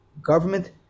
government